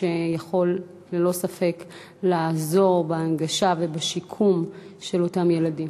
שיכול ללא ספק לעזור בהנגשה ובשיקום של אותם ילדים.